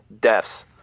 deaths